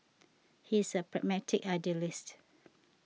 he is a pragmatic idealist